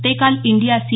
ते काल India C